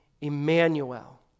Emmanuel